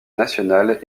nationale